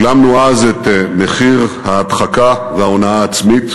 שילמנו אז את מחיר ההדחקה וההונאה העצמית,